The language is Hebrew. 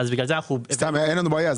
אין לנו בעיה,